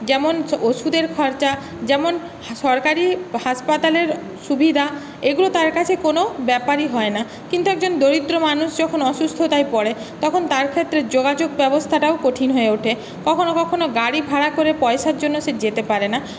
যেমন ওষুধের খরচা যেমন সরকারি হাসপাতালের সুবিধা এগুলো তার কাছে কোনও ব্যাপারই হয় না কিন্তু একজন দরিদ্র মানুষ যখন অসুস্থতায় পরে তখন তার ক্ষেত্রে যোগাযোগ ব্যবস্থাটাও কঠিন হয়ে ওঠে কখনও কখনও গাড়ি ভাড়া করে পয়সার জন্যে সে যেতে পারে না